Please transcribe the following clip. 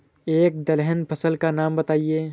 एक दलहन फसल का नाम बताइये